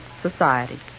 society